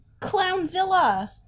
Clownzilla